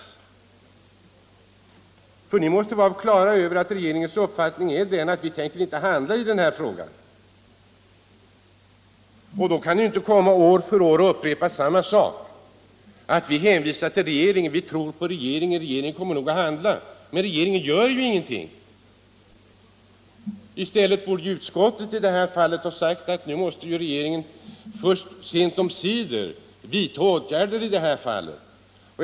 Utskottet måste vara klart över att regeringens inställning är den att den inte tänker handla i denna fråga. Då kan utskottet inte år efter år upprepa samma sak, nämligen att vi hänvisar till regeringen. Vi tror på regeringen. Regeringen kommer nog att handla. Men regeringen gör ju ingenting. I stället borde utskottet i detta fall ha sagt att nu måste regeringen sent omsider vidta åtgärder.